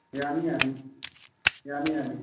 ꯌꯥꯅꯤ ꯌꯥꯅꯤ ꯌꯥꯅꯤ ꯌꯥꯅꯤ